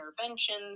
interventions